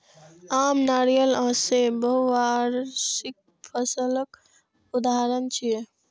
आम, नारियल आ सेब बहुवार्षिक फसलक उदाहरण छियै